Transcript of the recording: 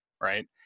right